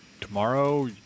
tomorrow